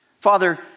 Father